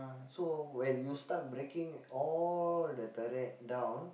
so when you start breaking all the turret down